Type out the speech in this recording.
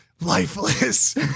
lifeless